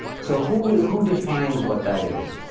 so who who defines what that is?